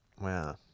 Wow